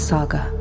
Saga